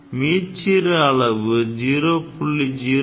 மீச்சிறு அளவு 0